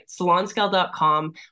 salonscale.com